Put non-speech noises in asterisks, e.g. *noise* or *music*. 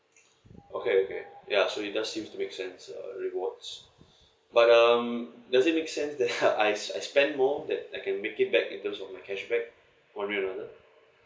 okay okay ya so it does seems to make sense uh rewards *breath* but um does it make sense that *laughs* I I spend more that I can make it back in terms of a cashback one way or another